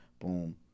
boom